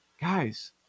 Guys